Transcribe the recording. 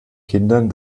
kindern